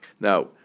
Now